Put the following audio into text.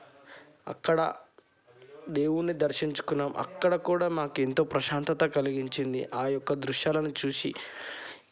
అక్కడ దేవుణ్ణి దర్శించుకున్నాం అక్కడ కూడా మాకు ఎంతో ప్రశాంతత కలిగించింది ఆ యొక్క దృశ్యాలను చూసి